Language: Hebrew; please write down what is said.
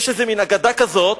יש מין אגדה כזאת